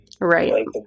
right